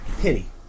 Pity